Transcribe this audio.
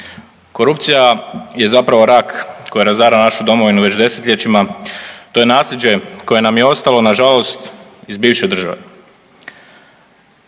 Korupcija je zapravo rak koja razara našu domovinu već desetljećima to je nasljeđe koje nam je ostalo nažalost iz bivše države.